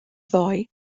ddoe